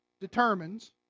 determines